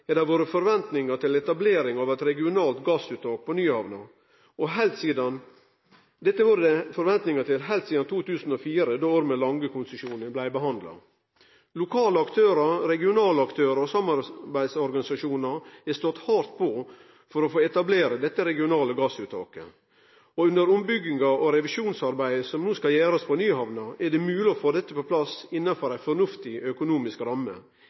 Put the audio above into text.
har det vore forventningar til etablering av eit regionalt gassuttak på Nyhamna heilt sidan 2004, då Ormen Lange-konsesjonen blei behandla. Lokale og regionale aktørar og samarbeidsorganisasjonar har stått hardt på for å få etablert dette regionale gassuttaket. Under ombygginga og revisjonsarbeidet som no skal gjerast på Nyhamna, er det mogleg å få dette på plass innanfor ei fornuftig økonomisk ramme,